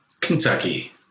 Kentucky